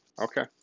Okay